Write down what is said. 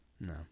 No